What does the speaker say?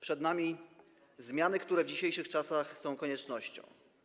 Przed nami zmiany, które w dzisiejszych czasach są koniecznością.